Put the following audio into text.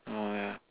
hmm yeah